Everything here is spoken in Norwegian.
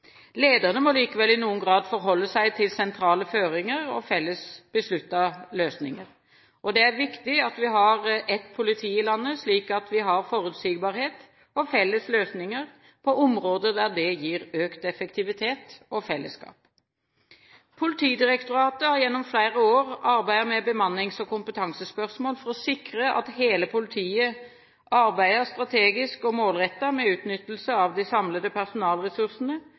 Lederne må likevel i noen grad forholde seg til sentrale føringer og felles besluttede løsninger. Det er viktig at vi har ett politi i landet, slik at vi har forutsigbarhet og felles løsninger på områder der det gir økt effektivitet og fellesskap. Politidirektoratet har gjennom flere år arbeidet med bemannings- og kompetansespørsmål for å sikre at hele politiet arbeider strategisk og målrettet med utnyttelse av de samlede personalressursene